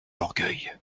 orgueil